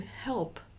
help